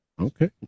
Okay